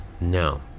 No